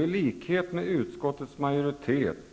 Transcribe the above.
I likhet med utskottets majoritet